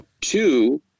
Two